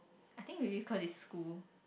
I think really cause it's school